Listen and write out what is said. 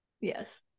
Yes